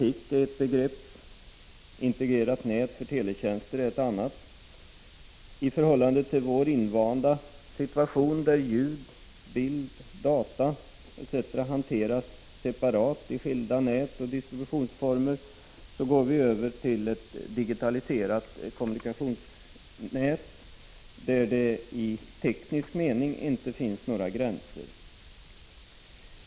Telematik är ett begrepp, integrerat nät för teletjänster ett annat. I förhållande till vår invanda situation, där ljud, bild, data etc. hanteras separat i skilda nät och skilda distributionsformer, går vi över till ett digitaliserat kommunikationsnät där det i teknisk mening inte finns några gränser.